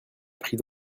pris